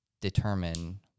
determine